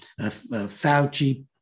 Fauci